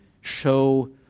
show